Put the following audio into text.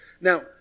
Now